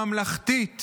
הממלכתית